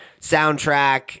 soundtrack